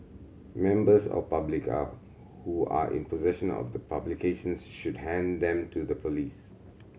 members of public are who are in possessional of the publications should hand them to the police